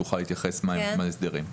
היא תוכל להתייחס להסדרים.